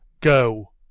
Go